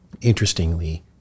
interestingly